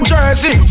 Jersey